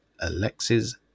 Alexis